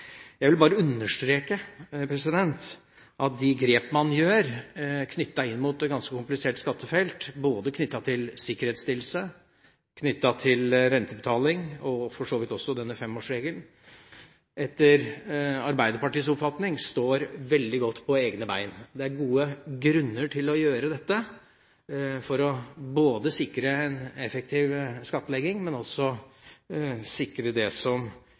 Jeg vil bare understreke at de grep man gjør knyttet opp mot et ganske komplisert skattefelt, både knyttet til sikkerhetsstillelse, knyttet til rentebetaling og for så vidt også denne femårsregelen, etter Arbeiderpartiets oppfatning står veldig godt på egne bein. Det er gode grunner til å gjøre dette: for både å sikre en effektiv skattlegging og å unngå det som